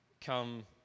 come